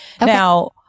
now